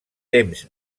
temps